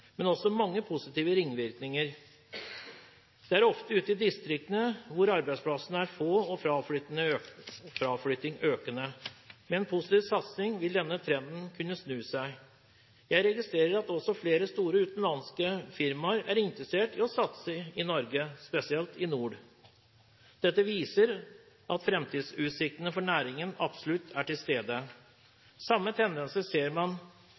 men med en positiv satsing vil denne trenden kunne snu. Jeg registrerer også at flere store utenlandske firmaer er interessert i å satse i Norge, spesielt i nord. Dette viser at fremtidsutsiktene for næringen absolutt er til stede. Samme tendenser ser man